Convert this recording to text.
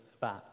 back